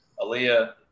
Aaliyah